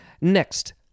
Next